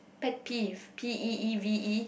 pet peeve P E E V E